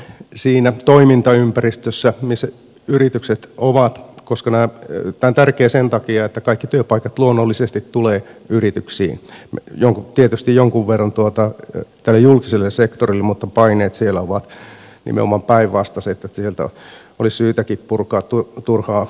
siinä toimintaympäristössä missä yritykset ovat koska tämä on tärkeä sen takia että kaikki työpaikat luonnollisesti tulevat yrityksiin tietysti jonkun verran tälle julkiselle sektorille mutta paineet siellä ovat nimenomaan päinvastaiset että sieltä olisi syytäkin purkaa turhaa byrokratiaa